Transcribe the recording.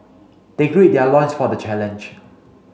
they gird their loins for the challenge